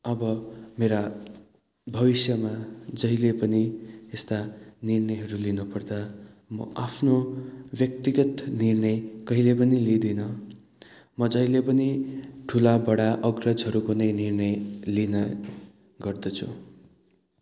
अब मेरा भविष्यमा जहिले पनि यस्ता निर्णयहरू लिनु पर्दा म आफ्नो व्यक्तिगत निर्णय कहिले पनि लिँदिनँ म जहिले पनि ठुला बडा अग्रजहरूको नै निर्णय लिन गर्दछु